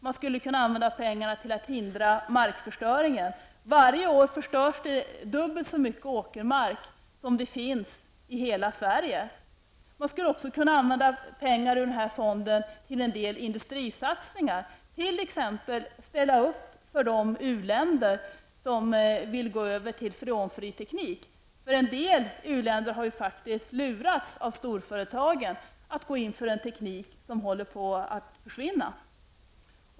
Man skulle kunna använda pengarna till att hindra markförstöringen. Varje år förstörs dubbelt mycket åkermark som det finns i hela Sverige. Pengarna skulle också kunna användas till en del industrisatsningar, t.ex. kunde man ställa upp för de u-länder som vill gå över till freonfri teknik. En del u-länder har faktiskt lurats av storföretagen att gå in för en teknik som håller på att försvinna.